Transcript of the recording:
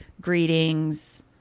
greetings